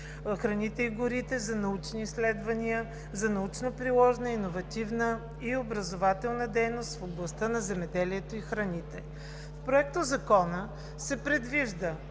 храните и горите за научни изследвания, за научно-приложна, иновативна и образователна дейност в областта на земеделието и храните. В Проектозакона се предвижда